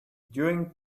during